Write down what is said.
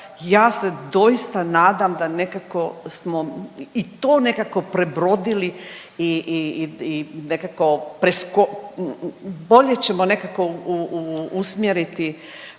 ja se doista nadam da nekako smo i to nekako prebrodili i nekako bolje ćemo nekako usmjeriti